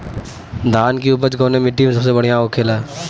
धान की उपज कवने मिट्टी में सबसे बढ़ियां होखेला?